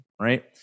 right